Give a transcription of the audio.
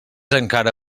encara